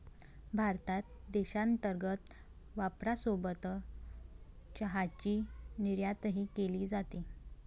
भारतात देशांतर्गत वापरासोबत चहाची निर्यातही केली जाते